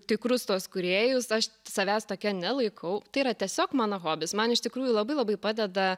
tikrus tuos kūrėjus aš savęs tokia nelaikau tai yra tiesiog mano hobis man iš tikrųjų labai labai padeda